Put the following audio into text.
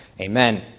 Amen